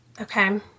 Okay